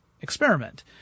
experiment